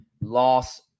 loss